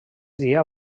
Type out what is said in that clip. dia